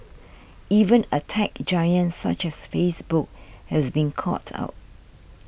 even a tech giant such as Facebook has been caught out